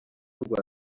rwa